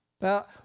Now